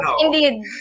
Indeed